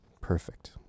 perfect